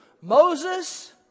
Moses